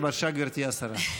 בבקשה, גברתי השרה.